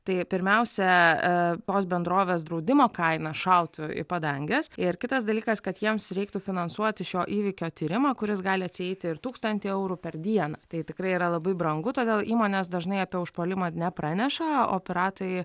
tai pirmiausia a tos bendrovės draudimo kaina šautų į padanges ir kitas dalykas kad jiems reiktų finansuoti šio įvykio tyrimą kuris gali atsieiti ir tūkstantį eurų per dieną tai tikrai yra labai brangu todėl įmonės dažnai apie užpuolimą nepraneša o piratai